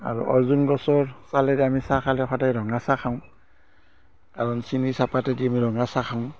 আৰু অৰ্জুন গছৰ ছালেৰে আমি চাহ খালে সদায় ৰঙা চাহ খাওঁ কাৰণ চেনি চহপাত দি আমি ৰঙা চাহ খাওঁ